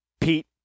Pete